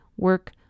work